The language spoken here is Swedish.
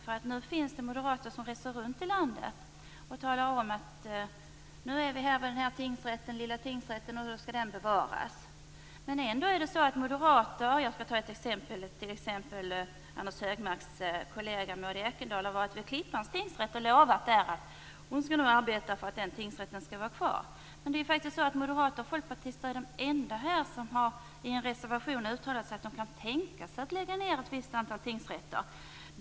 Det finns moderater som reser runt i landet och talar om att de skall bevara de små tingsrätter som de besöker. Som ett exempel kan jag nämna Anders G Högmarks kollega Maud Ekendahl, som har varit vid Klippans tingsrätt och lovat att hon skall arbeta för att den skall vara kvar. Men moderater och folkpartister är ju de enda som i en reservation har uttalat att de kan tänka sig att lägga ned ett visst antal tingsrätter.